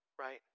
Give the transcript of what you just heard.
right